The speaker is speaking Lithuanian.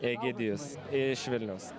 egidijus iš vilniaus